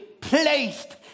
placed